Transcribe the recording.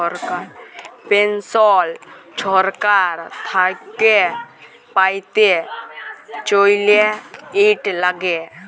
পেলসল ছরকার থ্যাইকে প্যাইতে চাইলে, ইট ল্যাগে